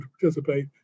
participate